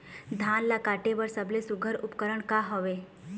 धान ला काटे बर सबले सुघ्घर उपकरण का हवए?